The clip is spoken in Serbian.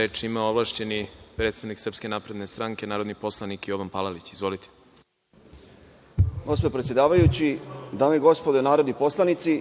Reč ima ovlašćeni predstavnik Srpske napredne stranke, narodni poslanik Jovan Palalić. Izvolite. **Jovan Palalić** Gospodine predsedavajući, dame i gospodo narodni poslanici,